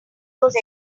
those